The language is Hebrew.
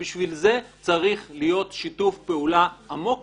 ובשביל זה צריך להיות שיתוף פעולה עמוק